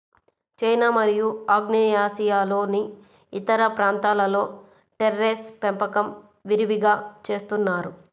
China మరియు ఆగ్నేయాసియాలోని ఇతర ప్రాంతాలలో టెర్రేస్ పెంపకం విరివిగా చేస్తున్నారు